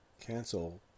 cancel